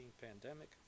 pandemic